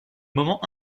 moment